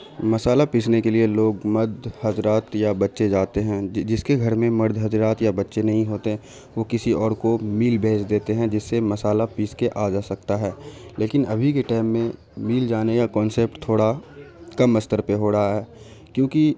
مصحالہ پیسنے کے لیے لوگ مرد حضرات یا بچے جاتے ہیں جس کے گھر میں مرد حضرات یا بچے نہیں ہوتے ہیں وہ کسی اور کو میل بھیج دیتے ہیں جس سے مصحالہ پیس کے آ جا سکتا ہے لیکن ابھی کے ٹائم میں میل جانے کا کانسپٹ تھوڑا کم استر پہ ہو رہا ہے کیوںکہ